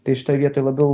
tai šitoj vietoj labiau